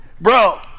Bro